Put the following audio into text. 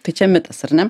tai čia mitas ar ne